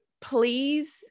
please